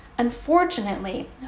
Unfortunately